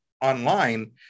online